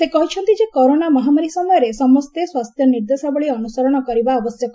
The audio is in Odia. ସେ କହିଛନ୍ତି ଯେ କରୋନା ମହାମାରୀ ସମୟରେ ସ୍ୱାସ୍ଥ୍ୟ ନିର୍ଦ୍ଦେଶାବଳୀ ଅନୁସରଣ କରିବା ଆବଶ୍ୟକ